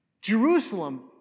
Jerusalem